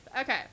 Okay